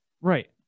Right